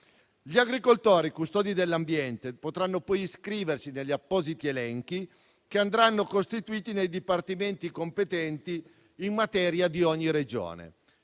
Gli agricoltori, custodi dell'ambiente, potranno poi iscriversi negli appositi elenchi che andranno costituiti nei dipartimenti di ogni Regione